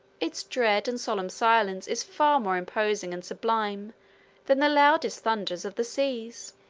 its dread and solemn silence is far more imposing and sublime than the loudest thunders of the seas.